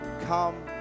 come